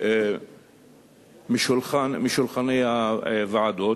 משולחן הוועדות.